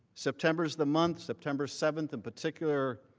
september is the month. september seven in particular,